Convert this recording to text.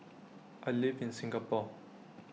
I live in Singapore